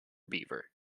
beaver